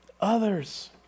Others